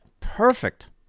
Perfect